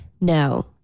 no